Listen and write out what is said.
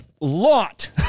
lot